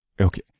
okay